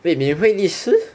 wait minhui lishi